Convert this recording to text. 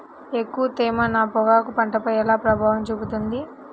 ఎక్కువ తేమ నా పొగాకు పంటపై ఎలా ప్రభావం చూపుతుంది?